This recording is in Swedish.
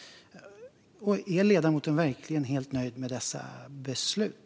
Är ledamoten verkligen helt nöjd med dessa beslut?